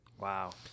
Wow